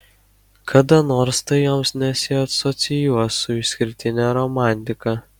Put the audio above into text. kada nors tai joms nesiasocijuos su išskirtine romantika